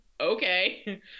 okay